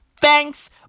Thanks